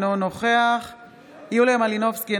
אינו נוכח יוליה מלינובסקי,